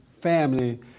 family